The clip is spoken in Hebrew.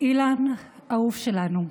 אילן אהוב שלנו,